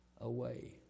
away